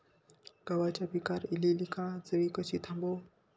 गव्हाच्या पिकार इलीली काजळी कशी थांबव?